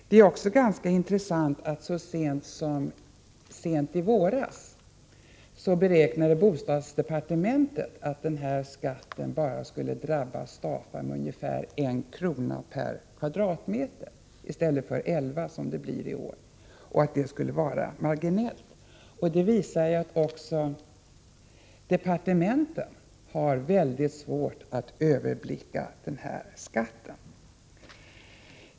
Det är också ganska intressant att notera att så sent som i våras beräknade bostadsdepartementet att den här skatten bara skulle drabba Stafa med ungefär 1 kr. per kvadratmeter i stället för med 11 kr., som det blir i år, och att detta skulle vara marginellt. Det visar att det även för departementen är väldigt svårt att överblicka konsekvenserna av vinstdelningsskatten.